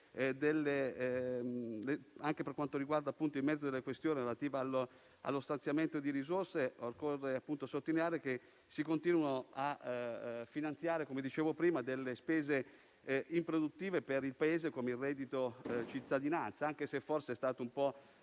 Anche per quanto riguarda il merito della questione relativa allo stanziamento di risorse, occorre sottolineare che si continuano a finanziare - come dicevo prima - delle spese improduttive per il Paese, come il reddito di cittadinanza (anche se forse è stato un po'